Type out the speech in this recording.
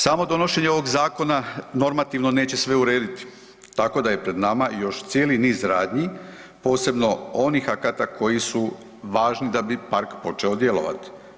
Samo donošenje ovog zakona normativno neće sve urediti tako da je pred nama još cijeli niz radnji, posebno onih akata koji su važni da bi park počeo djelovati.